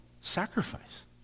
sacrifice